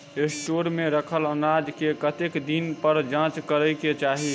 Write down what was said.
Store मे रखल अनाज केँ कतेक दिन पर जाँच करै केँ चाहि?